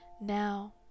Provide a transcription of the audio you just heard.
Now